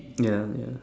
ya ya